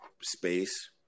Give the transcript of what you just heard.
space